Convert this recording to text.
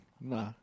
Nah